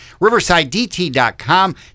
RiversideDT.com